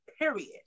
Period